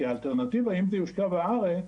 כי האלטרנטיבה אם זה יושקע בארץ,